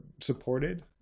supported